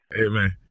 Amen